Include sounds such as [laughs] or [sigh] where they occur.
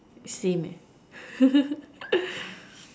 same eh [laughs]